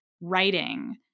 writing